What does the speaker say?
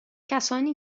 کسانی